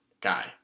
guy